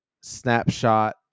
Snapshot